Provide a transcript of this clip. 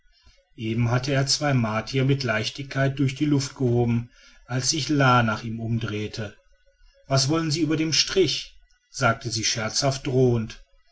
eben hatte er zwei der martier mit leichtigkeit in die luft gehoben als sich la nach ihm umdrehte was wollen sie über dem strich sagte sie scherzhaft drohend